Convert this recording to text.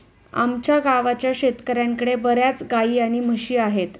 आमच्या गावाच्या शेतकऱ्यांकडे बर्याच गाई आणि म्हशी आहेत